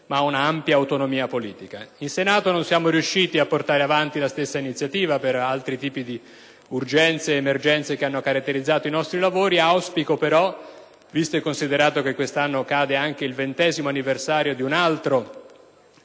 ma un'ampia autonomia politica. In Senato non siamo riusciti a portare avanti la stessa iniziativa, a causa di altri tipi di urgenze ed emergenze che hanno caratterizzato i nostri lavori. Tuttavia, dato che quest'anno ricorre anche il ventesimo anniversario di un'altra